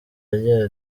agira